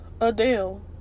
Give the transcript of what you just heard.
Adele